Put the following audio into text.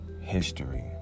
history